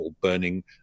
burning